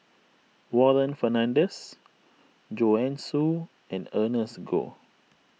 Warren Fernandez Joanne Soo and Ernest Goh